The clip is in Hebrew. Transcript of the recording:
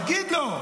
תגיד לו.